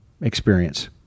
experience